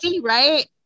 right